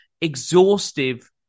exhaustive